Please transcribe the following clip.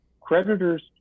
Creditors